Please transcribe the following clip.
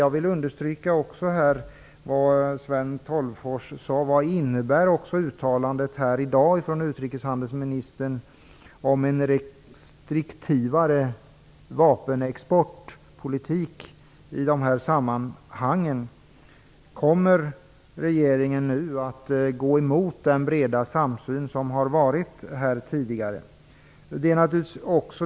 Jag vill understryka vad Sten Tolgfors sade här: Vad innebär uttalandet också här i dag från utrikeshandelsministern om en restriktivare vapenexportpolitik i dessa sammanhang? Kommer regeringen nu att gå emot den breda samsyn vi haft tidigare?